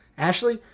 ashley.